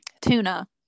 tuna